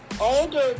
older